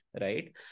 right